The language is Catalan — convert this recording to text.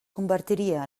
convertiria